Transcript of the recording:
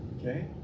Okay